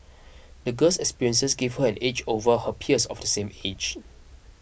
the girl's experiences gave her an edge over her peers of the same age